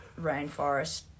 rainforest